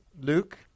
Luke